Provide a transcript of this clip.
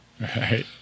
right